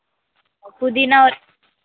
పుదీనా